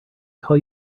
call